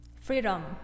Freedom